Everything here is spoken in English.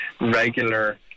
regular